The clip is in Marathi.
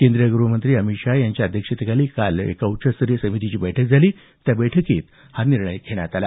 केंद्रीय गृहमंत्री अमित शहा यांच्या अध्यक्षतेखाली काल एका उच्च स्तरीय समितीची बैठक झाली या बैठकीत मदत देण्याचा निर्णय घेण्यात आला